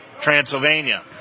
Transylvania